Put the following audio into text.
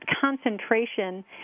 concentration